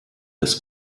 des